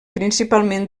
principalment